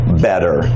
better